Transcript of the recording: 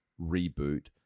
reboot